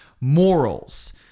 morals